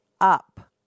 up